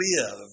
live